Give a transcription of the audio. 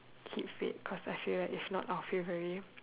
keep fit cause I feel like if not I'll feel very